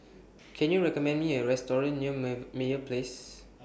Can YOU recommend Me A Restaurant near May Meyer Place